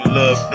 love